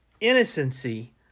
innocency